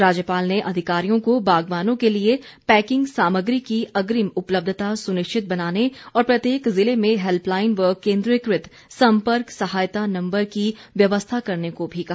राज्यपाल ने अधिकारियों को बागवानों के लिए पैकिंग सामग्री की अग्रिम उपलब्धता सुनिश्चित बनाने और प्रत्येक जिले में हैल्पलाईन व केन्द्रीयकृत सम्पर्क सहायता नम्बर की व्यवस्था करने को भी कहा